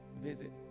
visit